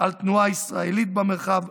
על תנועה ישראלית במרחב,